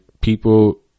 people